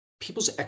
people's